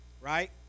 right